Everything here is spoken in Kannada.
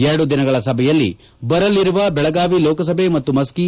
ಎರಡು ದಿನಗಳ ಸಭೆಯಲ್ಲಿ ಬರಲಿರುವ ಬೆಳಗಾವಿ ಲೋಕಸಭೆ ಮತ್ತು ಮಸ್ಕಿ